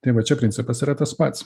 tai va čia principas yra tas pats